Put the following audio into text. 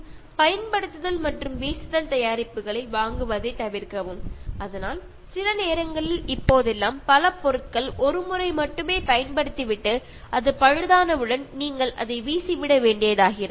'பயன்படுத்துதல் மற்றும் வீசுதல்' தயாரிப்புகளை வாங்குவதைத் தவிர்க்கவும் அதனால் சில நேரங்களில் இப்போதெல்லாம் பல பொருட்கள் ஒருமுறை மட்டுமே பயன்படுத்திவிட்டு அது பழுதானவுடன் அதை நீங்கள் வீசிவிட வேண்டியதாகிறது